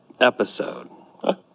episode